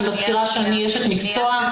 אני מזכירה שאני אשת מקצוע,